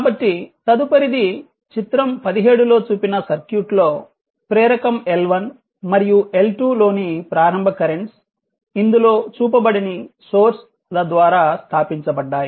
కాబట్టి తదుపరిది చిత్రం 17 లో చూపిన సర్క్యూట్లో ప్రేరకం L1 మరియు L2 లోని ప్రారంభ కరెంట్స్ ఇందులో చూపబడని సోర్స్ ల ద్వారా స్థాపించబడ్డాయి